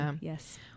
Yes